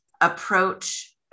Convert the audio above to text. approach